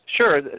Sure